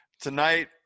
Tonight